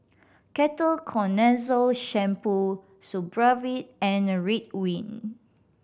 Ketoconazole Shampoo Supravit and Ridwind